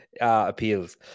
Appeals